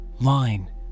Line